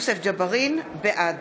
בעד